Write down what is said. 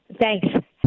Thanks